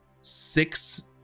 Six